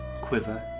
quiver